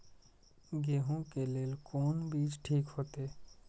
गेहूं के लेल कोन बीज ठीक होते?